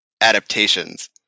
adaptations